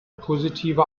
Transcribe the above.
positive